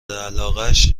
علاقش